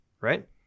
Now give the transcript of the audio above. right